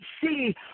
see